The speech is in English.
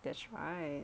that's right